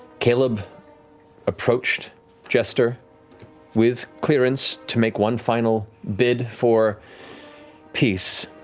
caleb approached jester with clearance to make one final bid for peace,